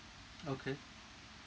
okay